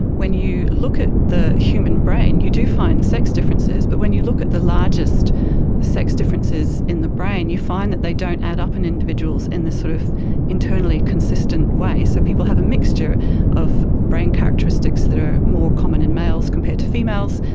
when you look at the human brain you do find sex differences, but when you look at the largest sex differences in the brain you find that they don't add up in individuals in this sort of internally consistent way. so people have a mixture of brain characteristics that are more common in males compared to females,